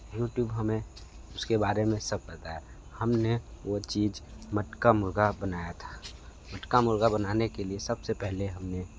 YouTube हमें उसके बारे में सब बताया हमने वो चीज़ मटका मुर्गा बनाया था मटका मुर्गा बनाने के लिए सबसे पहले हमने